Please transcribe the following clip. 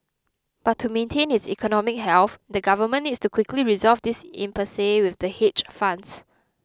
but to maintain its economic health the government needs to quickly resolve this impasse with the hedge funds